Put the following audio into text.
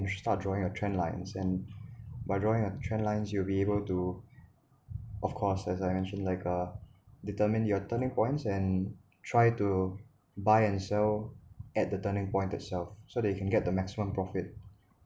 you should start drawing a trend lines and by drawing a trend lines you'll be able to of course as I mentioned like uh determine your turning points and try to buy and sell at the turning point itself so they can get the maximum profit